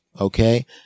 okay